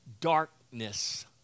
darkness